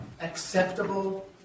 acceptable